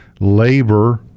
labor